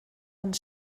ond